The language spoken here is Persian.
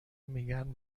میگن